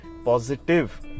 positive